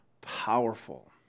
powerful